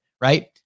right